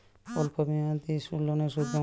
অল্প মেয়াদি লোনের সুদ কেমন?